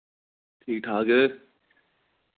ठीक ठाक